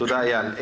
תודה, איל.